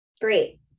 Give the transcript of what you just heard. great